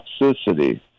toxicity